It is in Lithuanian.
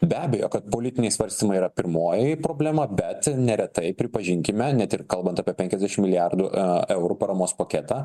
be abejo kad politiniai svarstymai yra pirmoji problema bet neretai pripažinkime net ir kalbant apie penkiasdešimt milijardų eurų paramos paketą